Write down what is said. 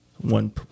one